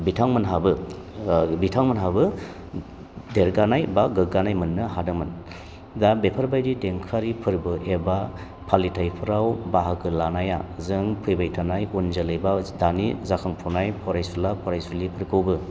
बिथांमोनहाबो बिथांंमोनहाबो देरगानाय बा गोग्गानाय मोननो हादोंमोन दा बेफोरबायदि देंखोआरि फोरबो एबा फालिथायफोराव बाहागो लानाया जों फैबाय थानाय उन जोलै बा दानि जाखांफुनाय फरायसुला बा फरायसुलिफोरखौबो